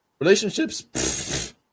Relationships